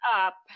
up